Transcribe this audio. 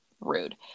rude